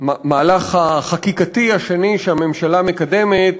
המהלך החקיקתי השני שהממשלה מקדמת,